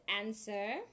answer